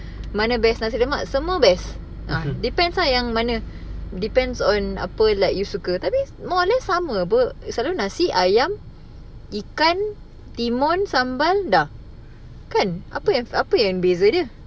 mana best nasi lemak semua best ah depends ah yang mana depends on apa like you suka tapi more or less sama apa selalu nasi ayam ikan timun sambal dah kan apa apa yang beza dia